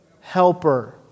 Helper